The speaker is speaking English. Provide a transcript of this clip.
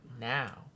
now